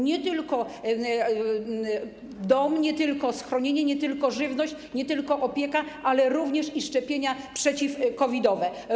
Nie tylko dom, nie tylko schronienie, nie tylko żywność, nie tylko opieka, ale również i szczepienia przeciw-COVID-owe.